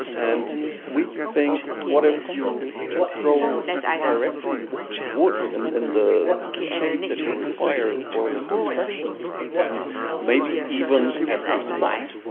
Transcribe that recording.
and we think what if you just grow directly wood and in the shape that you require for your construction and maybe even at the spot,